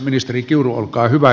ministeri kiuru olkaa hyvä